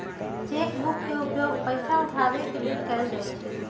cheque book के उपयोग पइसा उठाबे के लेल कएल जाइ छइ